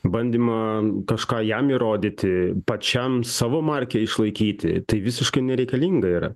bandymą kažką jam įrodyti pačiam savo markę išlaikyti tai visiškai nereikalinga yra